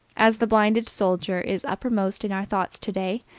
as the blinded soldier is uppermost in our thought today,